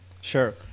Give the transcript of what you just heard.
sure